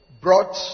brought